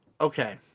Okay